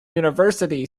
university